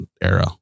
era